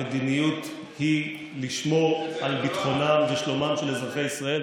המדיניות היא לשמור על ביטחונם ושלומם של אזרחי ישראל,